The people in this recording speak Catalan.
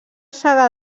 saga